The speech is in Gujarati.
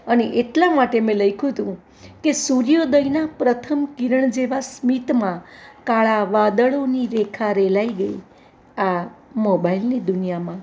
અને એટલા માટે મેં લખ્યું હતું કે સૂર્યોદયના પ્રથમ કિરણ જેવા સ્મિતમાં કાળા વાદળોની રેખા રેલાઈ ગઈ આ મોબાઈલની દુનિયામાં